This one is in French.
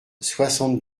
soixante